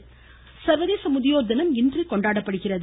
முதியோர் தினம் சர்வதேச முதியோர் தினம் இன்று கொண்டாடப்படுகிறது